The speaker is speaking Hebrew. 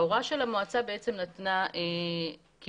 ההוראה של המועצה נתנה כיוונים.